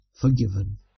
forgiven